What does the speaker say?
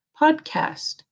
podcast